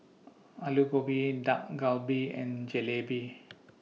Alu Gobi Dak Galbi and Jalebi